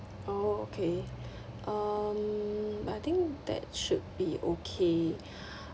oh okay um I think that should be okay